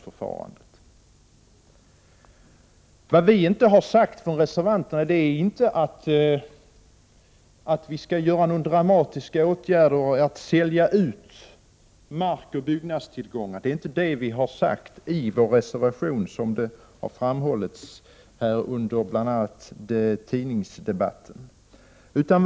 Vi har också instämt med moderaterna och folkpartiet i denna fråga. Vi reservanter har dock inte sagt att man skall vidta några dramatiska åtgärder och sälja ut mark och byggnadstillgångar. Så har det framställts i bl.a. tidningsdebatten.